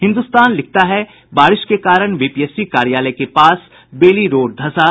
हिन्दुस्तान लिखता है बारिश के कारण बीपीएससी कार्यालय के पास बेली रोड धंसा